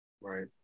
right